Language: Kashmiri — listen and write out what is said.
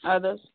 اَدٕ حظ